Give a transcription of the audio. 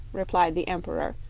replied the emperor,